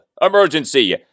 emergency